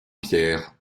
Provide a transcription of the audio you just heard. pierre